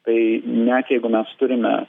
tai net jeigu mes turime